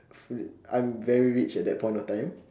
friend I'm very rich at that point of time